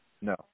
No